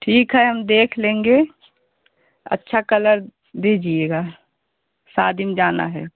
ठीक है हम देख लेंगे अच्छा कलर दीजिएगा सादी में जाना है